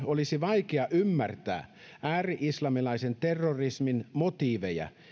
olisi vaikea ymmärtää ääri islamilaisen terrorismin motiiveja